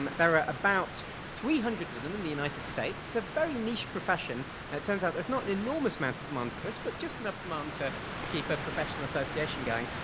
um there are about three hundred of them in the united states. it's a very niche profession, and it turns out there's not an enormous amount of demand for this, but just enough demand to to keep a professional association going,